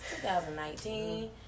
2019